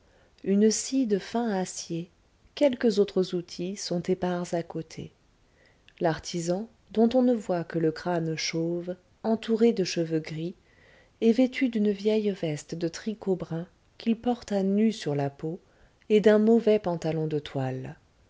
une scie de fin acier quelques autres outils sont épars à côté l'artisan dont on ne voit que le crâne chauve entouré de cheveux gris est vêtu d'une vieille veste de tricot brun qu'il porte à nu sur la peau et d'un mauvais pantalon de toile